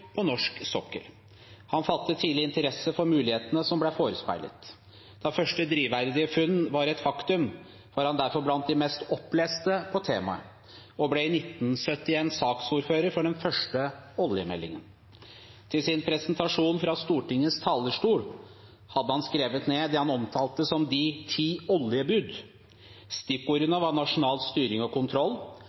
på norsk sokkel. Han fattet tidlig interesse for mulighetene som ble forespeilet. Da første drivverdige funn var et faktum, var han derfor blant de mest oppleste på temaet, og ble i 1971 saksordfører for den første oljemeldingen. Til sin presentasjon fra Stortingets talerstol hadde han skrevet ned det han omtalte som «De ti oljebud». Stikkordene var nasjonal styring og kontroll,